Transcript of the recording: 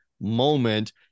moment